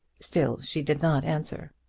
still she did not answer.